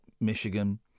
Michigan